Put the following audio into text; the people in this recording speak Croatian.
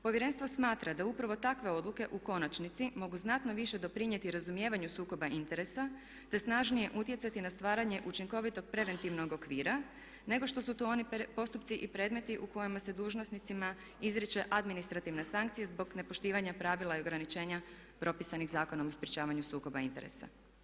Povjerenstvo smatra da upravo takve odluke u konačnici mogu znatno više doprinijeti razumijevanju sukoba interesa, te snažnije utjecati na stvaranje učinkovitog preventivnog okvira, nego što su to oni postupci i predmeti u kojima se dužnosnicima izriče administrativna sankcija zbog nepoštivanja pravila i ograničenja propisanih Zakona o sprječavanju sukoba interesa.